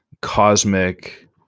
cosmic